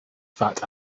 fat